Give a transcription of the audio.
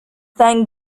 thank